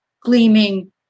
gleaming